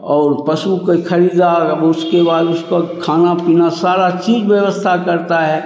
और पशु के ख़रीदा और अब उसके बाद उसका खाना पीना सारी चीज़ व्यवस्था करते हैं